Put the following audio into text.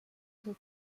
beau